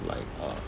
like uh